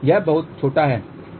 यह बहुत छोटा है